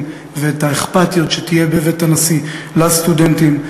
ואת האכפתיות שתהיה בבית הנשיא לסטודנטים.